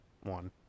one